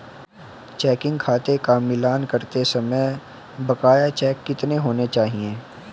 Checking खाते का मिलान करते समय बकाया चेक कितने होने चाहिए?